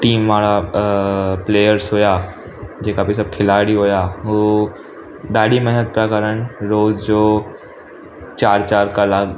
team वारा players हुआ जेका बि सभु खिलाड़ी हुआ हू ॾाढी महिनत पिया करनि रोज़ु जो चारि चारि कलाकु